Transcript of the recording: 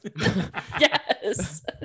Yes